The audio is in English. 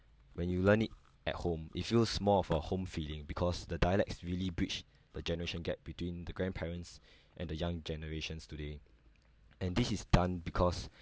when you learn it at home it feels more of a home feeling because the dialects really bridge the generation gap between the grandparents and the young generations today and this is done because